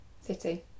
city